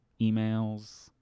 emails